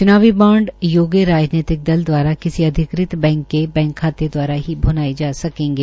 च्नावी बांड योग्य राजनीतिक दल दवारा किसी अधिकृत बैंक के बैंक खाते द्वारा ही भुनाए जा सकेंगे